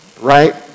Right